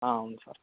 అవును సార్